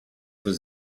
was